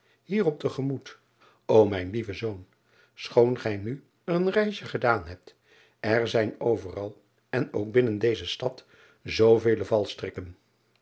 hierop te gemoet o mijn lieve zoon schoon gij nu een reisje gedaan hebt er zijn overal en ook binnen deze stad zoovele